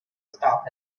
stop